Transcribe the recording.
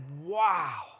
wow